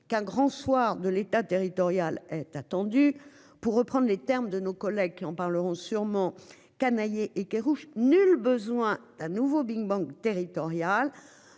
qu'un grand soir de l'État, territorial est attendu pour reprendre les termes de nos collègues qui en parleront sûrement Canayer et Kerrouche. Nul besoin d'un nouveau Big-bang territorial.